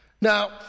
Now